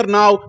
now